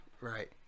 Right